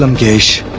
um ganesh,